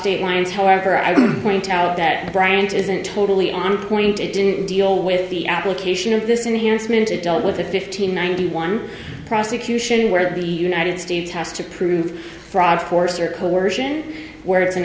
state lines however i do point out that bryant isn't totally on point it didn't deal with the application of this enhanced minutes it dealt with a fifteen ninety one prosecution where the united states has to prove fraud force or coercion where it's an